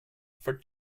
for